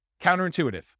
Counterintuitive